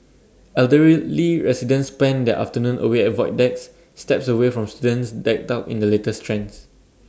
elder really residents spend their afternoon away at void decks steps away from students decked out in the latest trends